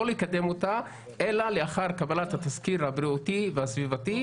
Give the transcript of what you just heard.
לקדם אותה אלא לאחר קבלת התסקיר הבריאותי והסביבתי.